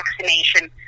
vaccination